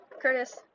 Curtis